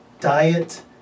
Diet